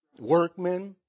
workmen